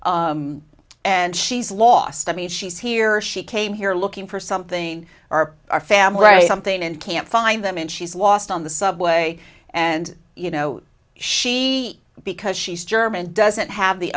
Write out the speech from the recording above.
subway and she's lost i mean she's here she came here looking for something or our family write something and can't find them and she's lost on the subway and you know she because she's german doesn't have the